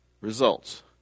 results